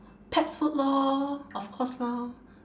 pets food lor of course lor